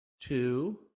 two